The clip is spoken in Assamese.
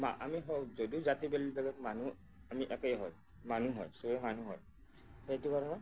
আমি যদিওঁ জাতি বেলেগ বেলেগ মানুহ আমি একেই হয় মানুহ হয় চবে মানুহ হয় সেইটো কাৰণে